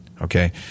okay